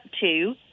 two